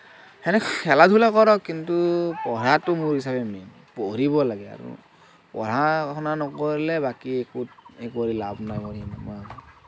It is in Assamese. সেনেকে খেলা ধূলা কৰক কিন্তু পঢ়াটো মোৰ হিচাপে মেইন পঢ়িব লাগে আৰু পঢ়া শুনা নকৰিলে বাকী একো কৰি লাভ নাই